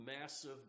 massive